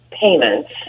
payments